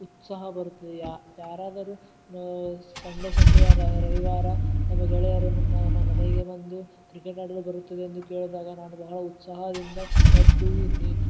ಉತ್ಸಾಹ ಬರುತ್ತೆ ಯಾರಾದರು ಸಂಡೇ ಸಂಡೇ ರವಿವಾರ ನಮ್ಮ ಗೆಳೆಯರು ನಮ್ಮ ಮನೆಗೆ ಬಂದು ಕ್ರಿಕೆಟ್ ಆಡಲು ಬರುತ್ತದೆ ಎಂದು ಕೇಳಿದಾಗ ನಾನು ಬಹಳ ಉತ್ಸಾಹದಿಂದ ಎದ್ದು ನೀ